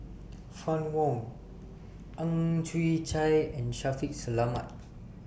Fann Wong Ang Chwee Chai and Shaffiq Selamat